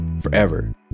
forever